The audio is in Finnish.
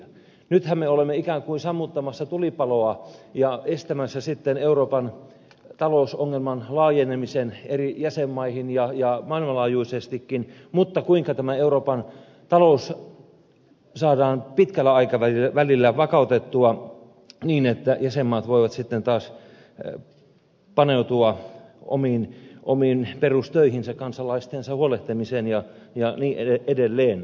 nythän me olemme ikään kuin sammuttamassa tulipaloa ja estämässä euroopan talousongelman laajenemisen eri jäsenmaihin ja maailmanlaajuisestikin mutta kuinka tämä euroopan talous saadaan pitkällä aikavälillä vakautettua niin että jäsenmaat voivat sitten taas paneutua omiin perustöihinsä kansalaisistaan huolehtimiseen ja niin edelleen